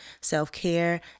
self-care